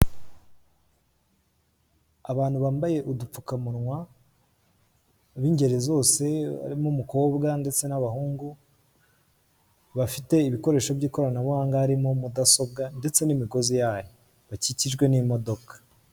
Abantu bambaye udupfukamunwa, b'ingeri zose harimo umukobwa ndetse n'abahungu, bafite ibikoresho by'ikoranabuhanga harimo mudasobwa ndetse n'imigozi yayo bakikijwe n'imodoka.